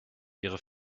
ihre